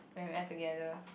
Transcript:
when we are together